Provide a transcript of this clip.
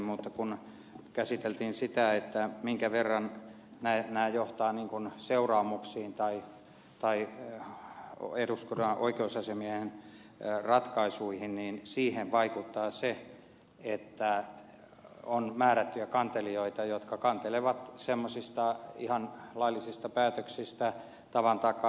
mutta kun käsiteltiin sitä minkä verran nämä johtavat seuraamuksiin tai eduskunnan oikeusasiamiehen ratkaisuihin niin siihen vaikuttaa se että on määrättyjä kantelijoita jotka kantelevat semmoisista ihan laillisista päätöksistä tavan takaa